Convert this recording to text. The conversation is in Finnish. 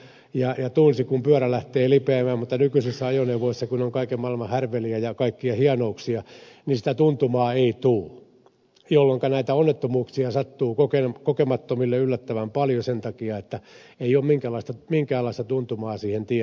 äänestä kuuli ja tunsi kun pyörä lähtee lipeämään mutta nykyisissä ajoneuvoissa kun on kaiken maailman härveliä ja kaikkea hienouksia sitä tuntumaa ei tule jolloinka näitä onnettomuuksia sattuu kokemattomille yllättävän paljon sen takia että ei ole minkäänlaista tuntumaa tiehen olemassa